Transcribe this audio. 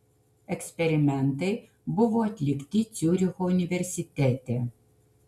eksperimentai buvo atlikti ciuricho universitete